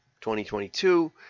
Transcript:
2022